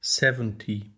seventy